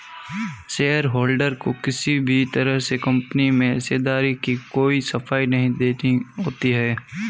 shareholder को किसी भी तरह से कम्पनी में हिस्सेदारी की कोई सफाई नहीं देनी होती है